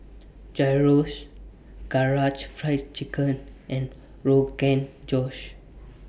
Gyros Karaage Fried Chicken and Rogan Josh